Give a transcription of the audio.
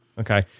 Okay